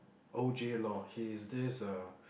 O_J-Law he is this uh